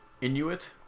Inuit